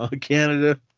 Canada